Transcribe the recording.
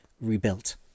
rebuilt